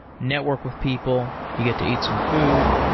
network with people, you get to eat some food,